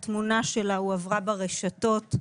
התמונה שלה הועברה ברשתות,